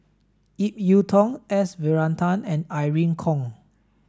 Ip Yiu Tung S Varathan and Irene Khong